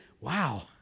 wow